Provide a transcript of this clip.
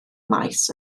maes